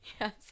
Yes